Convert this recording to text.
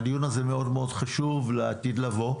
הדיון הזה הוא מאוד מאוד חשוב לעתיד לבוא.